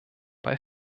bei